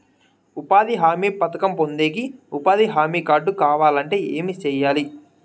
ఉపాధి హామీ పథకం పొందేకి ఉపాధి హామీ కార్డు కావాలంటే ఏమి సెయ్యాలి?